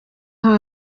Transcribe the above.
aho